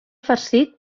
farcit